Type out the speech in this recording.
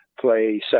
play